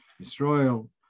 Israel